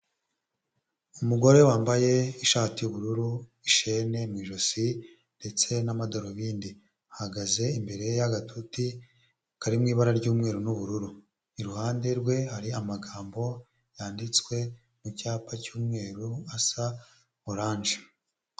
Umugore wambaye ishati y'ubururu, ishene mu ijosi, ndetse n'amadarubindi; ahagaze imbere y'agatoti karimo ibara ry'umweru n'ubururu, iruhande rwe hari amagambo yanditswe mu cyapa cy'umweru asa orange.